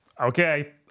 okay